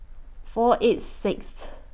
four eight Sixth